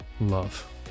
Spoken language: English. love